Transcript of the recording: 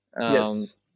Yes